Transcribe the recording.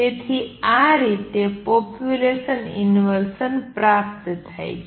તેથી આ રીતે પોપ્યુલેસન ઇનવર્સન પ્રાપ્ત થાય છે